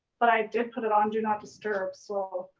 but i did put it on do not disturb, so,